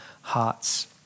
hearts